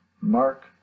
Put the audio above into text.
Mark